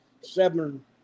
seven